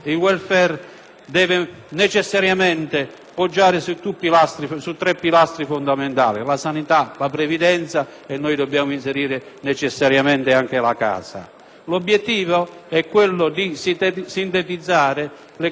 L'obiettivo è quello di sintetizzare le caratteristiche complessive del modello italiano,